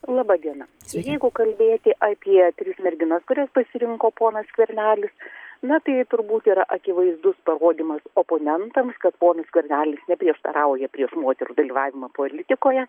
laba diena jeigu kalbėti apie tris merginas kurias pasirinko ponas skvernelis na tai turbūt yra akivaizdus parodymas oponentams kad ponas skvernelis neprieštarauja prieš moterų dalyvavimą politikoje